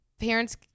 parents